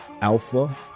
alpha